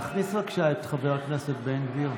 להכניס בבקשה את חבר הכנסת בן גביר.